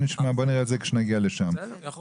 נראה את זה כשנגיע לסעיף.